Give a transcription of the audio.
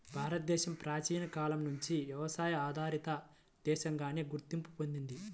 భారతదేశం ప్రాచీన కాలం నుంచి వ్యవసాయ ఆధారిత దేశంగానే గుర్తింపు పొందింది